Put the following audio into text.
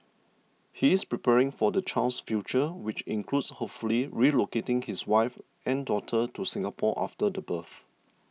he is preparing for his child's future which includes hopefully relocating his wife and daughter to Singapore after the birth